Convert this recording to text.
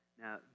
Now